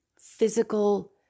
physical